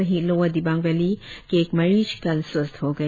वही lower Dibang valley के एक मरीज कल स्वास्थ्य हो गए